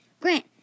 Grant